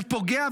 הוא פוגע,